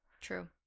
True